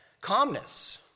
Calmness